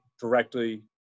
directly